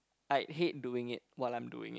I hate doing it while I'm doing it